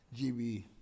GB